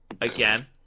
again